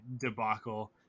debacle